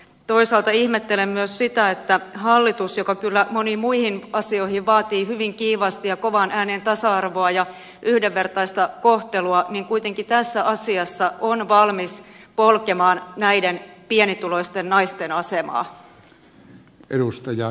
toisaalta ihmettelen myös sitä että hallitus joka kyllä moniin muihin asioihin vaatii hyvin kiivaasti ja kovaan ääneen tasa arvoa ja yhdenvertaista kohtelua kuitenkin tässä asiassa on valmis polkemaan näiden pienituloisten naisten asemaa